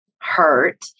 hurt